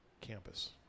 campus